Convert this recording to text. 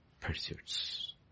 pursuits